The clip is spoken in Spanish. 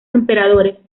emperadores